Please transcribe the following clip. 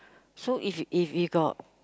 so if you if you got